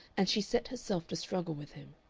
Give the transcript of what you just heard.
and she set herself to struggle with him.